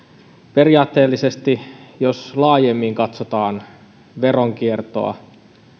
periaatteellisesti jos laajemmin katsotaan veronkiertoa